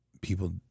people